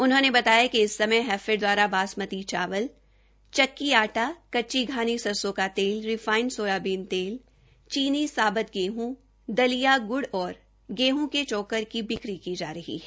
उन्होंने बताया कि इस समय हैफेड द्वारा बासमती चावल चक्की आटा कच्ची घानी सरसों का तेल रिफाईड सोयाबीन तेल चीनी साबत गेहूं दलिया ग्ड़ और गेहूं के चोकर आदि की बिक्री की जा रही है